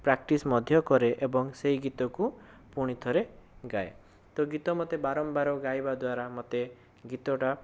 practice ମଧ୍ୟ କରେ ଏବଂ ସେହି ଗୀତକୁ ପୁଣି ଥରେ ଗାଏ ତ ଗୀତ ମୋତେ ବାରମ୍ବାର ଗାଇବା ଦ୍ୱାରା ମୋତେ ଗୀତଟା